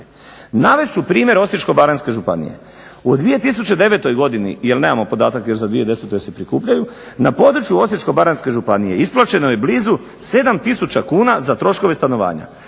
Navest ću primjer Osječko-baranjske županije. U 2009. godini, jer nemamo podatak još za 2010. jer se prikupljaju, na području Osječko-baranjske županije isplaćeno je blizu 7 tisuća kuna za troškove stanovanja.